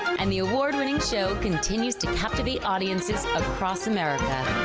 and the award winning show continues to captivate audiences across america.